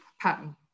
pattern